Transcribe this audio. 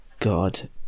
God